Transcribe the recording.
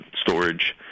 storage